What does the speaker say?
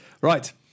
right